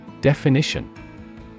Definition